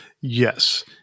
yes